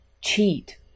cheat